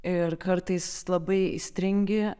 ir kartais labai įstringi